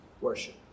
worship